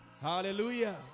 Hallelujah